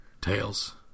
Tails